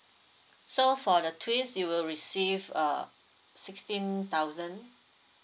so for the twins you will receive uh sixteen thousand